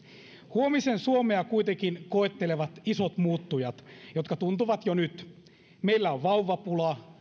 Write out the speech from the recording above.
huomisen suomea kuitenkin koettelevat isot muuttujat jotka tuntuvat jo nyt meillä on vauvapula